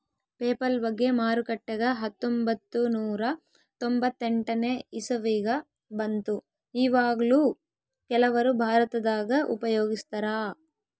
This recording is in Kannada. ಪೇಪಲ್ ಬಗ್ಗೆ ಮಾರುಕಟ್ಟೆಗ ಹತ್ತೊಂಭತ್ತು ನೂರ ತೊಂಬತ್ತೆಂಟನೇ ಇಸವಿಗ ಬಂತು ಈವಗ್ಲೂ ಕೆಲವರು ಭಾರತದಗ ಉಪಯೋಗಿಸ್ತರಾ